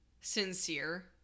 sincere